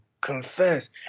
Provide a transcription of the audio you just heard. confess